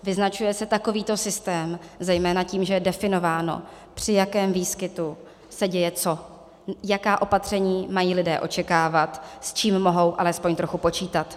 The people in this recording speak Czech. Vyznačuje se takovýto systém zejména tím, že je definováno, při jakém výskytu se děje co, jaká opatření mají lidé očekávat, s čím mohou alespoň trochu počítat.